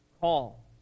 call